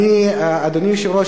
אדוני היושב-ראש,